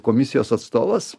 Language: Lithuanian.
komisijos atstovas